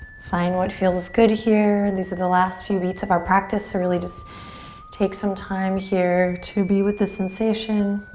find what feels good here. and these are the last few beats of our practice so really just take some time here to be with the sensation.